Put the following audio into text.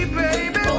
baby